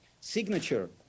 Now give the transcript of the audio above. signature